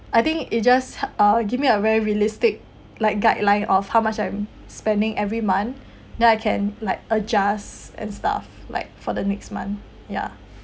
I think it just ah give me a very realistic like guideline of how much I'm spending every month then I can like adjust and stuff like for the next month ya